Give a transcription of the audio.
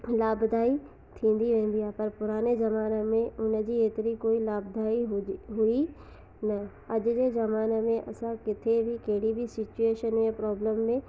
लाभदाई थींदी वेंदी आहे पर पुराने ज़माने में हुन जी हेतिरी कोई लाभदाई हुजे हुई न अॼु जे ज़माने में असां किथे बि केॾी बि सिचुएशन या प्रोब्लम में